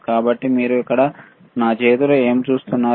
కాబట్టి మీరు ఇక్కడ నా చేతిలో ఏమి చూస్తున్నారు